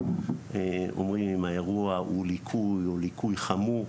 אומרים אם האירוע הוא ליקוי או ליקוי חמור.